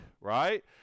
right